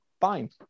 Fine